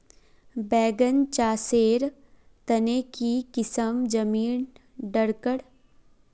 बैगन चासेर तने की किसम जमीन डरकर?